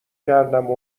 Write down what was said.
کردم